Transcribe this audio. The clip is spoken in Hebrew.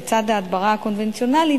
לצד ההדברה הקונבנציונלית,